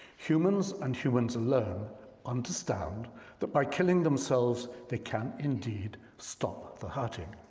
humans and humans alone understand that by killing themselves, they can indeed stop the hurting.